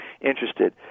interested